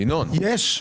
יש.